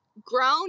grown